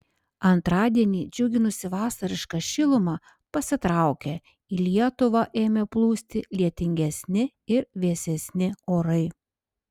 antradienį džiuginusi vasariška šiluma pasitraukė į lietuvą ėmė plūsti lietingesni ir vėsesni orai